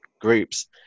groups